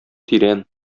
тирән